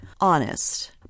honest